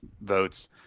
votes